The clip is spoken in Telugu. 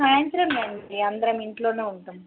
సాయంత్రం రండీ అందరం ఇంట్లోనే ఉంటాము